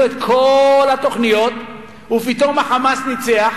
את כל התוכניות ופתאום ה"חמאס" ניצח?